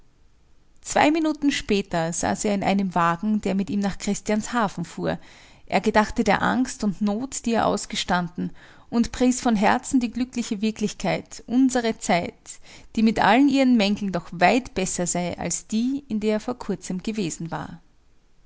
zwei minuten später saß er in einem wagen der mit ihm nach christianshafen fuhr er gedachte der angst und not die er ausgestanden und pries von herzen die glückliche wirklichkeit unsere zeit die mit allen ihren mängeln doch weit besser sei als die in der er vor kurzem gewesen war